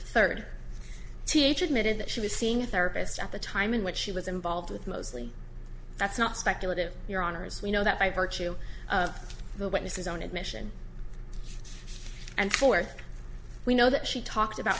thirty th admitted that she was seeing a therapist at the time in which she was involved with mostly that's not speculative your honour's we know that by virtue of the witnesses own admission and for we know that she talked about